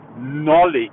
knowledge